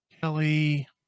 Kelly